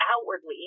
outwardly